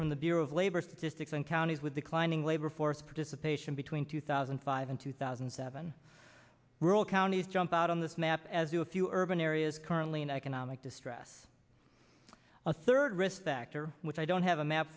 from the bureau of labor statistics and counties with declining labor force participation between two thousand and five and two thousand and seven rural counties jump out on this map as do a few urban areas currently in economic distress a third risk factor which i don't have a map